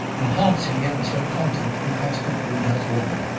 enhancing the atmospheric content and consequent greenhouse warming.